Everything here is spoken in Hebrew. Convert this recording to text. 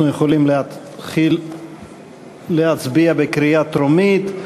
אנחנו יכולים להתחיל להצביע בקריאה טרומית.